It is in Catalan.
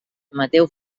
mateu